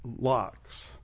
locks